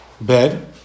bed